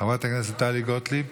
חברת הכנסת טלי גוטליב?